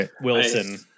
Wilson